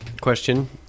question